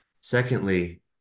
Secondly